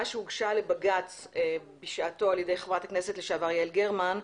שהוגשה לבג"ץ בשעתו על-ידי חברת הכנסת לשעבר יעל גרמן,